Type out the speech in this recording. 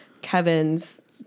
Kevin's